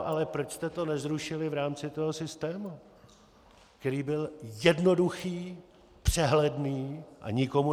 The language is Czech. Ale proč jste to nezrušili v rámci toho systému, který byl jednoduchý, přehledný a nikomu nepřekážel?